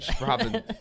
Robin